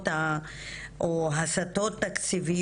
נגיד כמה גוזרים עכשיו בשנה הזאת והיא מאשרת את התוכן.